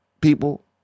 people